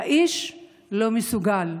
האיש לא מסוגל.